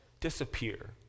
disappear